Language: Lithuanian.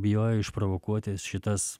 bijojo išprovokuoti šitas